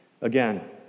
Again